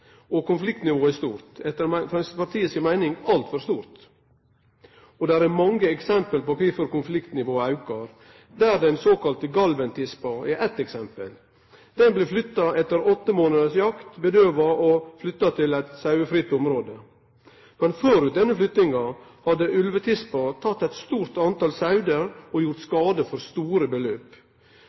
overtid. Konfliktnivået er høgt, og etter Framstegspartiet si meining altfor høgt. Det er mange eksempel på kvifor konfliktnivået aukar. Den såkalla Galventispa er eit eksempel. Ho blei flytta etter åtte månaders jakt, bedøvd og flytta til eit sauefritt område. Men før denne flyttinga hadde ulvetispa teke mange sauer og gjort skader for store beløp.